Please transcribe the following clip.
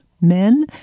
men